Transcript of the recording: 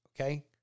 okay